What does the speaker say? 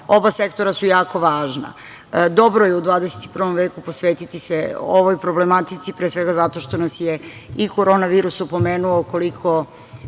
oba sektora su jako važna. Dobro je u 21. veku posvetiti se ovoj problematici, pre svega zato što nas je i korona virus opomenuo